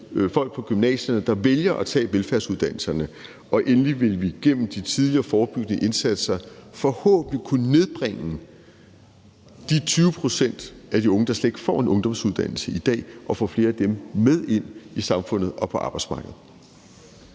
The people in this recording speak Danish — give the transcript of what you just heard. folk på gymnasierne, der vælger at tage velfærdsuddannelserne. Endelig vil vi gennem de tidligere forebyggende indsatser forhåbentlig kunne nedbringe andelen på 20 pct. af de unge, der slet ikke får en ungdomsuddannelse i dag, og få flere af dem med ind i samfundet og på arbejdsmarkedet.